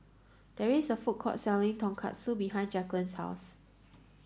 there is a food court selling Tonkatsu behind Jacklyn's house